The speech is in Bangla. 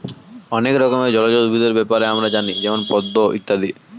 অনেক রকমের জলজ উদ্ভিদের ব্যাপারে আমরা জানি যেমন পদ্ম ইত্যাদি